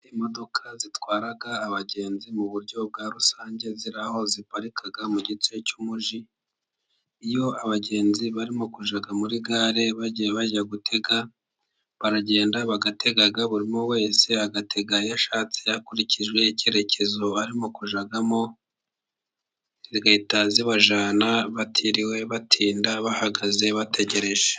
imodoka zitwara abagenzi mu buryo bwa rusange, ziri aho ziparika mu gice cy'umugi. Iyo abagenzi barimo kujya muri gare bagiye bajya gutega, baragenda bagatega. Buri wese agatega iyo ashatse, hakurikijwe icyerekezo arimo kujyamo, zigahita zibajyana batiriwe batinda bahagaze bategereje.